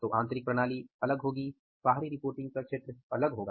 तो आंतरिक प्रणाली अलग होगी बाहरी रिपोर्टिंग प्रक्षेत्र अलग होगा